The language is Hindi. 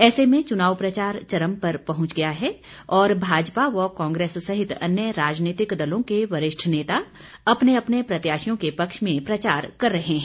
ऐसे में चूनाव प्रचार चरम पर पहुंच गया है और भाजपा व कांग्रेस सहित अन्य राजनीतिक दलों के वरिष्ठ नेता अपने अपने प्रत्याशियों के पक्ष में प्रचार कर रहे हैं